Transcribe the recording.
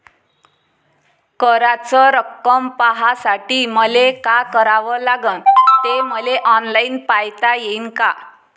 कराच रक्कम पाहासाठी मले का करावं लागन, ते मले ऑनलाईन पायता येईन का?